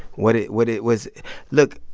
what it what it was look.